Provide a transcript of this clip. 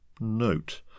Note